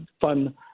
fun